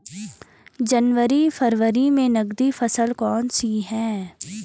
जनवरी फरवरी में नकदी फसल कौनसी है?